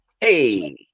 Hey